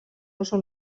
oso